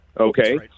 okay